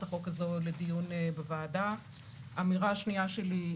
החוק הזו לדיון בוועדה; האמירה השנייה שלי,